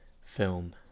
film